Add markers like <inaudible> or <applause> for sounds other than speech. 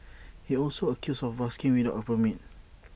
he also accused of busking without A permit <noise>